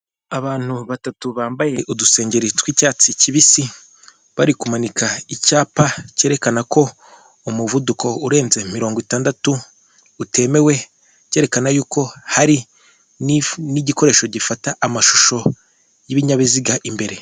Abantu batatu bambaye udusengeri tw'icyatsi cyibisi; bari kumanika icyapa cyerekana ko umuvuduko urenze mirongo itandatu utemewe, cyerekana yuko hari n'igikoresho gifata amashusho y'ibinyabiziga imbere.